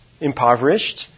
impoverished